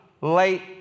late